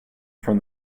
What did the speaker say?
from